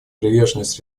приверженность